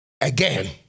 again